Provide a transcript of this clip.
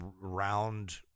round